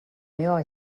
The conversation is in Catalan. meua